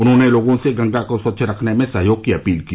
उन्होंने लोगों से गंगा को स्वच्छ रखने में सहयोग की अपील की